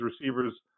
receivers